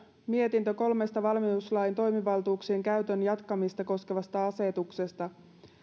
mietintö kolmesta valmiuslain toimivaltuuksien käytön jatkamista koskevasta asetuksesta